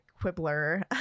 quibbler